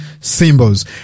symbols